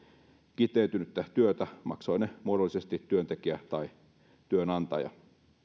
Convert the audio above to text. kiteytynyttä työtä maksoi ne muodollisesti työntekijä tai työnantaja